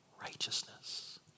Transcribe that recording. righteousness